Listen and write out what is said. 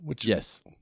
Yes